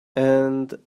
and